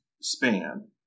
span